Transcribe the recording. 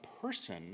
person